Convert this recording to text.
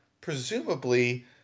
presumably